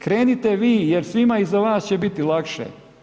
Krenite vi jer svima iza vas će biti lakše.